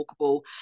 walkable